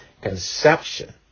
conception